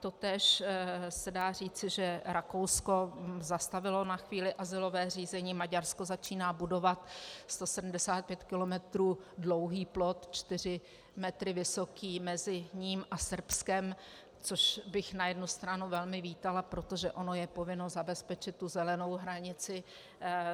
Totéž se dá říci, že Rakousko zastavilo na chvíli azylové řízení, Maďarsko začíná budovat 175 kilometrů dlouhý plot, čtyři metry vysoký, mezi ním a Srbskem, což bych na jednu stranu velmi vítala, protože ono je povinno zabezpečit tu zelenou hranici,